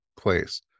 place